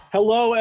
Hello